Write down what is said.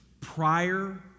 prior